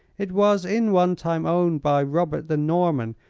it was in one time owned by robert the norman,